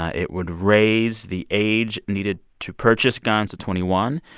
it would raise the age needed to purchase guns to twenty one.